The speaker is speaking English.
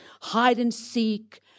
hide-and-seek